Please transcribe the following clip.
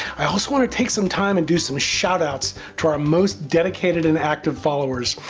i also want to take some time and do some shout-outs to our most dedicated and interactive followers,